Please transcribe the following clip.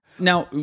Now